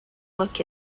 look